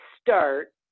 start